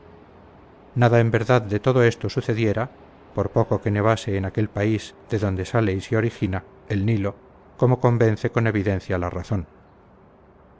nada en verdad de todo esto sucediera por poco que nevase en aquel país de donde sale y se origina el nilo como convence con evidencia la razón